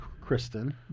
Kristen